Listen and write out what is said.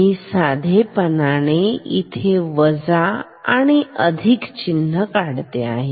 मी साधेपणाने इथे वजा आणि अधिक चिन्ह काढते ठीक आहे